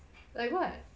like what